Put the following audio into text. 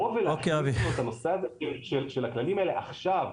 לבוא ולהביא את הנושא הזה של הכללים האלה עכשיו,